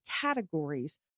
categories